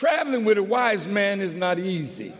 travelling with a wise man is not easy